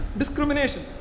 discrimination